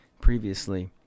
previously